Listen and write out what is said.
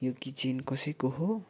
यो किचेन कसैको हो